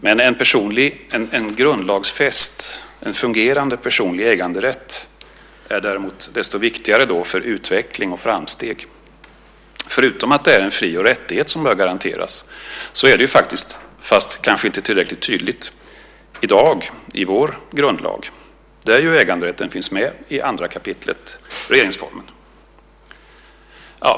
Men en grundlagsfäst fungerande personlig äganderätt är däremot desto viktigare för utveckling och framsteg. Förutom att det är en fri och rättighet som bör garanteras finns faktiskt, fast kanske inte tillräckligt tydligt, äganderätten i dag i vår grundlag, i 2 kap. regeringsformen.